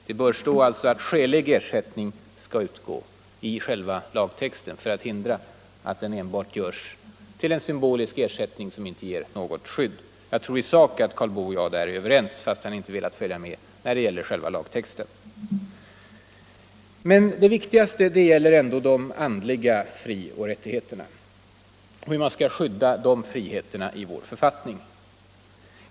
Det bör alltså i själva lagtexten stå att skälig ersättning skall utgå. Jag tror att Karl Boo och jag i sak är rätt överens, men han har inte velat följa med när det gäller själva lagtexten. Det viktigaste gäller ändå de andliga frioch rättigheterna och hur man skall skydda dessa friheter i vår författning.